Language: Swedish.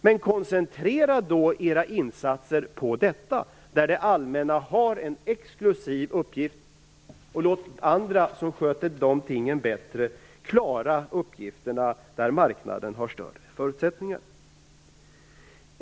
Men koncentrera då era insatser på detta, där det allmänna har en exklusiv uppgift, och låt andra som sköter de tingen bättre klara uppgifterna där marknaden har större förutsättningar!